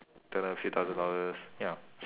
don't know a few thousand dollars ya